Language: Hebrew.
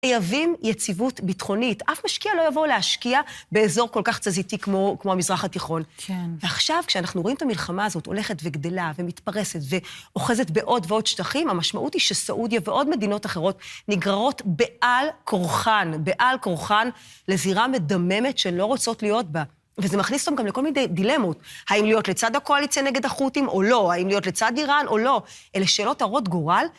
חייבים יציבות ביטחונית, אף משקיע לא יבוא להשקיע באזור כל כך תזזיתי כמו המזרח התיכון. כן. ועכשיו כשאנחנו רואים את המלחמה הזאת הולכת וגדלה ומתפרסת ואוחזת בעוד ועוד שטחים, המשמעות היא שסעודיה ועוד מדינות אחרות נגררות בעל כורחן, בעל כורחן לזירה מדממת שלא רוצות להיות בה. וזה מכניס להם גם לכל מיני דילמות, האם להיות לצד הקואליציה נגד החותים או לא, האם להיות לצד איראן או לא, אלה שאלות הרות גורל.